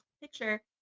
picture